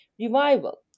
revival